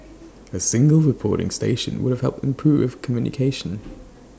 A single reporting station would have helped improve communication